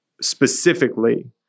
specifically